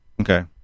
Okay